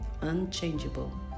unchangeable